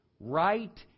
Right